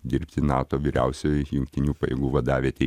dirbti nato vyriausioj jungtinių pajėgų vadavietėj